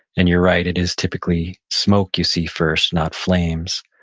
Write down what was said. and you're right, it is typically smoke you see first, not flames.